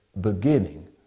beginning